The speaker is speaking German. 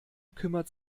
kümmert